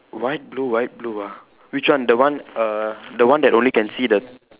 white blue white blue ah which one the one err the one that only can see the